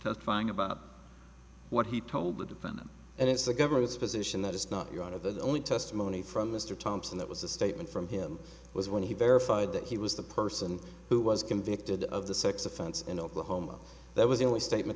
testifying about what he told the defendant and it's the government's position that is not your out of there the only testimony from mr thompson that was a statement from him was when he verified that he was the person who was convicted of the sex offense in oklahoma that was the only statement